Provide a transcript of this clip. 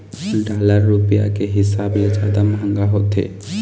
dollar रुपया के हिसाब ले जादा मंहगा होथे